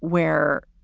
where